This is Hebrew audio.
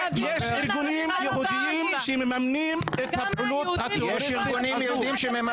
יש ארגונים יהודיים שמממנים את הפעולות הטרוריסטית הזו.